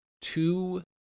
Two